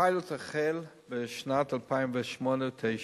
הפיילוט החל בשנת 2008/9,